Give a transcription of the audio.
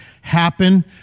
happen